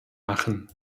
machen